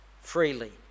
freely